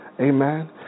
Amen